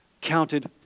counted